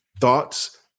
thoughts